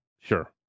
Sure